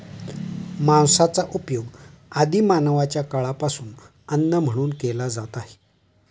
मांसाचा उपयोग आदि मानवाच्या काळापासून अन्न म्हणून केला जात आहे